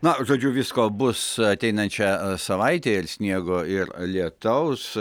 na žodžiu visko bus ateinančią savaitę ir sniego ir lietaus